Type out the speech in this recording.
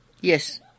yes